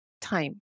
time